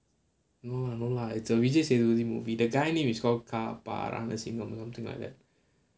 no lah no lah it's a vijay sethupathi movie the guy name is called Ka Pae Ranasingam pe ranasingam thing like that